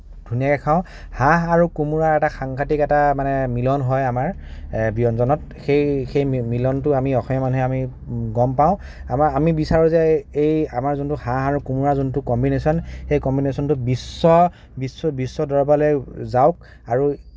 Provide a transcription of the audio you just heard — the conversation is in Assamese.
ধুনীয়াকে খাওঁ হাঁহ আৰু কোমোৰাৰ এটা সাংঘাটিক এটা মানে মিলন হয় আমাৰ ব্যঞ্জনত সেই সেই মিলনটো আমি অসমীয়া মানুহে আমি গম পাওঁ আমাৰ আমি বিচাৰোঁ যে এই আমাৰ যোনটো হাঁহ কোমোৰাৰ যোনটো কম্বিনেশ্যন সেই কম্বিনেশ্যনটো বিশ্ব বিশ্ব বিশ্ব দৰবাৰলৈ যাওঁক আৰু